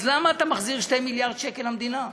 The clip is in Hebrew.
אז למה אתה מחזיר 2 מיליארד שקל למדינה?